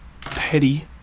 petty